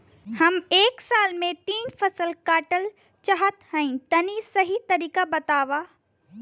हम एक साल में तीन फसल काटल चाहत हइं तनि सही तरीका बतावा?